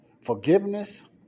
forgiveness